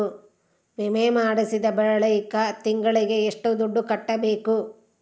ವಿಮೆ ಮಾಡಿಸಿದ ಬಳಿಕ ತಿಂಗಳಿಗೆ ಎಷ್ಟು ದುಡ್ಡು ಕಟ್ಟಬೇಕು?